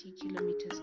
kilometers